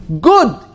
Good